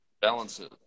balances